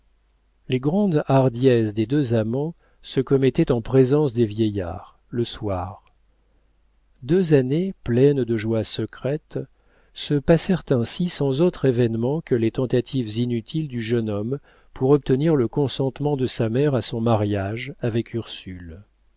les grandes hardiesses des deux amants se commettaient en présence des vieillards le soir deux années pleines de joie secrètes se passèrent ainsi sans autre événement que les tentatives inutiles du jeune homme pour obtenir le consentement de sa mère à son mariage avec ursule